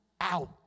out